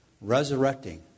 resurrecting